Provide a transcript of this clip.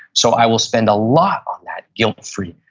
so i will spend a lot on that guilt free.